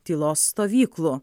tylos stovyklų